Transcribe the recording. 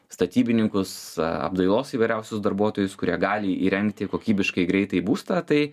statybininkus apdailos įvairiausius darbuotojus kurie gali įrengti kokybiškai greitai būstą tai